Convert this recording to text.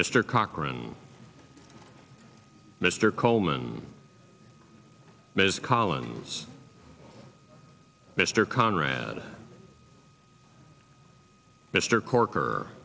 mr cochran mr coleman ms collins mr conrad mr corker